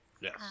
Yes